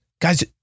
Guys